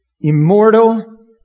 immortal